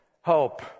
hope